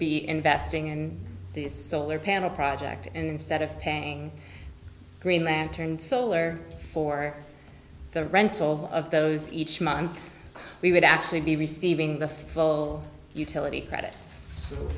be investing in these solar panel project and instead of paying green lantern solar for the rental of those each month we would actually be receiving the full utility credit